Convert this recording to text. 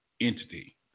entity